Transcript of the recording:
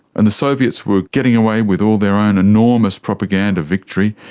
and the soviets were getting away with all their own enormous propaganda victory,